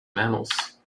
mammals